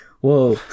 whoa